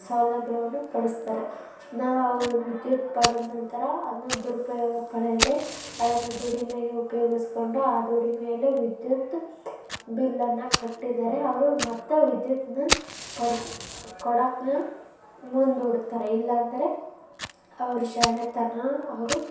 ಸೌಲಭ್ಯವನ್ನು ಪಡಿಸ್ತಾರೆ ನಾವು ವಿದ್ಯುತ್ ಪಡೆದ ನಂತರ ಅದನ್ನ ದುರುಪಯೋಗ ಪಡೆಯದೆ ಅದನ್ನು ದುಡಿಮೆಗೆ ಉಪ್ಯೋಗಿಸ್ಕೊಂಡು ಆ ದುಡಿಮೆಯಲ್ಲೇ ವಿದ್ಯುತ್ ಬಿಲ್ಲನ್ನು ಕಟ್ಟಿದರೆ ಅವರು ಮತ್ತೆ ವಿದ್ಯುತನ್ನ ಪಡ್ಸ್ ಕೊಡಾಕನ ಮುಂದೆ ದೂಡ್ತಾರೆ ಇಲ್ಲ ಅಂದರೆ ಅವ್ರು ಶಾಣ್ಯತನ ಅವರು